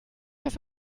das